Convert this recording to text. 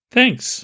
Thanks